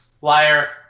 Liar